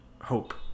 hope